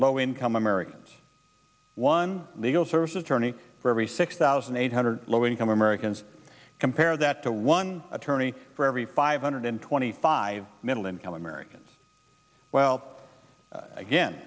low income americans one legal services attorney for every six thousand eight hundred low income americans compare that to one attorney for every five hundred twenty five middle income americans well again